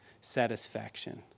satisfaction